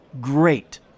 Great